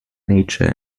nature